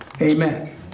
Amen